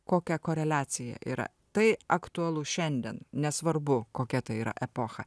kokia koreliacija yra tai aktualu šiandien nesvarbu kokia tai yra epocha